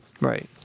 Right